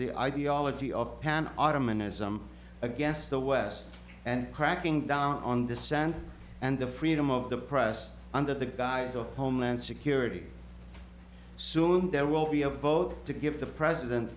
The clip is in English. the ideology of pan ottoman ism against the west and cracking down on the sand and the freedom of the press under the guise of homeland security soon there will be a vote to give the president